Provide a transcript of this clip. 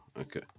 Okay